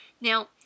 Now